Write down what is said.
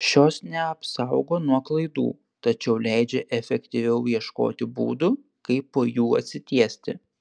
šios neapsaugo nuo klaidų tačiau leidžia efektyviau ieškoti būdų kaip po jų atsitiesti